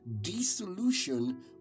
dissolution